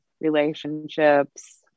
relationships